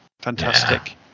fantastic